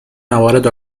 موارد